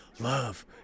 Love